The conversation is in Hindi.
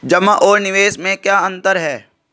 जमा और निवेश में क्या अंतर है?